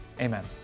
Amen